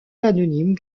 anonyme